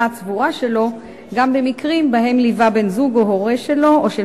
הצבורה שלו גם במקרים שבהם ליווה בן-זוג או הורה שלו או של